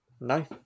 No